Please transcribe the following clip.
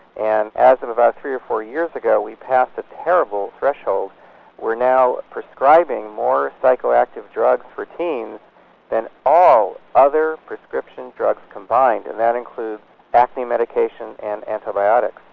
and as of about three or four years ago we passed a terrible threshold we're now prescribing more psycho active drugs for teens than all other prescription drugs combined, and that includes acne medication and antibiotics.